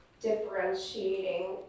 differentiating